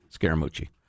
Scaramucci